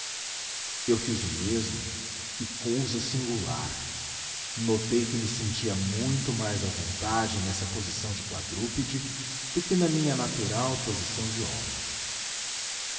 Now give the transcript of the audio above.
eu fiz o mesmo e cousa singular notei que me sentia muito mais à vontade nessa posição de quadrúpede do que na minha natural posição de homem